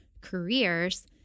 careers